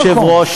אדוני היושב-ראש,